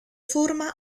forma